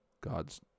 God's